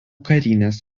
karinės